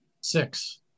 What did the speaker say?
Six